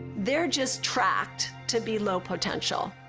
they're just trapped to be low potential.